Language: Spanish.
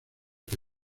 que